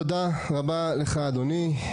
תודה רבה לך, אדוני.